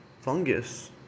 fungus